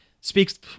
speaks